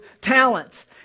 talents